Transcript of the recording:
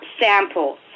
samples